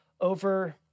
over